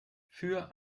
für